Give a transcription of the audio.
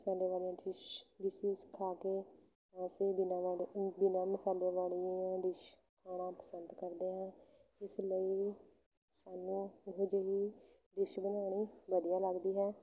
ਮਸਾਲੇ ਵਾਲੀਆਂ dish dishes ਖਾ ਕੇ ਅਸੀਂ ਬਿਨਾਂ ਵਾਲੇ ਬਿਨਾਂ ਮਸਾਲੇ ਵਾਲੀਆਂ ਡਿਸ਼ ਖਾਣਾ ਪਸੰਦ ਕਰਦੇ ਹਾਂ ਇਸ ਲਈ ਸਾਨੂੰ ਉਹੋ ਜਿਹੀ ਡਿਸ਼ ਬਣਾਉਣੀ ਵਧੀਆ ਲੱਗਦੀ ਹੈ